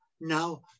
now